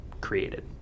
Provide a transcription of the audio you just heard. created